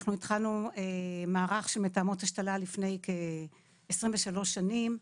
אנחנו התחלנו מערך של מתאמות השתלה לפני כ-23 שנים,